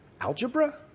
algebra